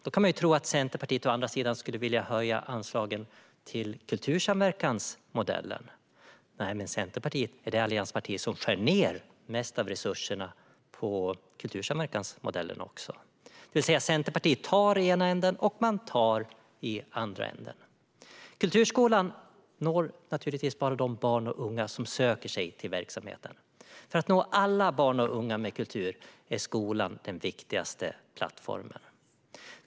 Då kan man tro att Centerpartiet å andra sidan skulle vilja höja anslagen till kultursamverkansmodellen. Nej, Centerpartiet är det alliansparti som skär ned mest på resurserna till kultursamverkansmodellen. Det vill säga att Centerpartiet tar i den ena änden och tar i den andra änden. Kulturskolan når naturligtvis bara de barn och unga som söker sig till verksamheten. För att nå alla barn och unga med kultur är skolan den viktigaste plattformen.